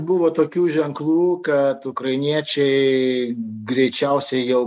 buvo tokių ženklų kad ukrainiečiai greičiausiai jau